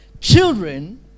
Children